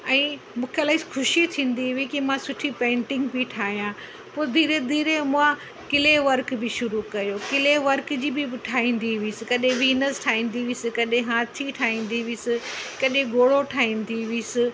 ऐं मूंखे इलाही ख़ुशी थींदी हुई की मां सुठी पेंटिंग पई ठाहियां पोइ धीरे धीरे मां क्ले वर्क बि शुरू कयो क्ले वर्क जी बि ठहींदी हुअसि कॾहिं वीनस ठाहींदी हुअसि कॾहिं हाथी ठाहींदी हुअसि कॾहिं घोड़ो ठाहींदी हुअसि